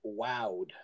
wowed